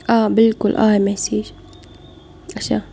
آ بِلکُل آیہِ میسیج